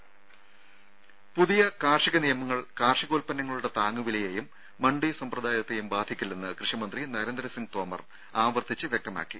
രുര പുതിയ കാർഷിക നിയമങ്ങൾ കാർഷികോൽപന്നങ്ങളുടെ താങ്ങുവിലയേയും മണ്ഡി സമ്പ്രദായത്തേയും ബാധിക്കില്ലെന്ന് കൃഷി മന്ത്രി നരേന്ദ്രസിങ് തോമർ ആവർത്തിച്ച് വ്യക്തമാക്കി